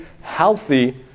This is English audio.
healthy